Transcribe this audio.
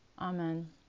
Amen